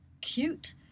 cute